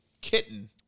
kitten